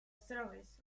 service